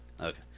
okay